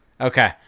Okay